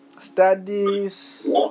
studies